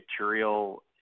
material